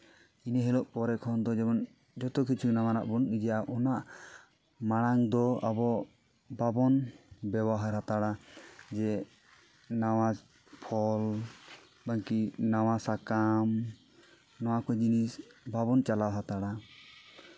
ᱤᱱᱟᱹ ᱦᱤᱞᱚᱜ ᱯᱚᱨᱮ ᱠᱷᱚᱱ ᱫᱚ ᱡᱮᱢᱚᱱ ᱡᱚᱛᱚ ᱠᱤᱪᱷᱩ ᱱᱟᱣᱟᱱᱟᱜ ᱵᱚᱱ ᱤᱡᱟ ᱚᱱᱟ ᱢᱟᱲᱟᱝ ᱫᱚ ᱟᱵᱚ ᱵᱟᱵᱚᱱ ᱵᱮᱵᱚᱦᱟᱨ ᱦᱟᱛᱟᱲᱟ ᱡᱮ ᱱᱟᱣᱟ ᱯᱷᱚᱞ ᱵᱟᱝᱠᱤ ᱱᱟᱣᱟ ᱥᱟᱠᱟᱢ ᱱᱚᱣᱟ ᱠᱚ ᱡᱤᱱᱤᱥ ᱵᱟᱵᱚᱱ ᱪᱟᱞᱟᱣ ᱦᱟᱛᱟᱲᱟ